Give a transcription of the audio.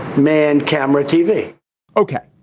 man. camera. tv ok,